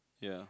ya